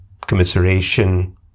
commiseration